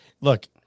look